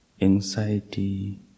anxiety